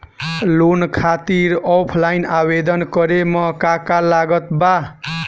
Loan खातिर offline आवेदन करे म का का लागत बा?